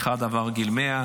אחד עבר את גיל 100,